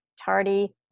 tardy